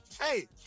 Hey